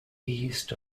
east